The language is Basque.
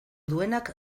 duenak